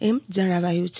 એમ જણાવાયુ છે